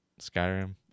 Skyrim